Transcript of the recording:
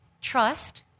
trust